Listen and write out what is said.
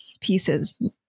pieces